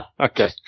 Okay